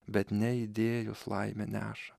bet ne idėjos laimę neša